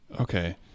okay